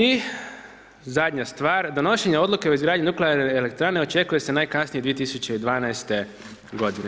I zadnja stvar, donošenje odluke o izgradnji nuklearne elektrane očekuje se najkasnije 2012. godine.